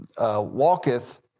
Walketh